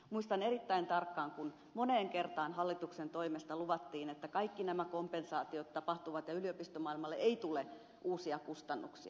muistan erittäin tarkkaan kun moneen kertaan hallituksen toimesta luvattiin että kaikki nämä kompensaatiot tapahtuvat ja yliopistomaailmalle ei tule uusia kustannuksia